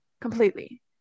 completely